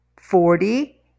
Forty